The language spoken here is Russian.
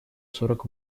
сорок